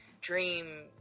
dream